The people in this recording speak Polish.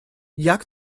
jak